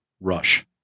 rush